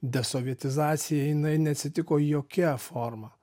desovietizacija jinai neatsitiko jokia forma